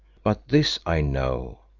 but this i know,